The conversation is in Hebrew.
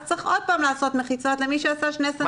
אז צריך עוד פעם לעשות מחיצות למי שעשה שני סנטימטרים פחות.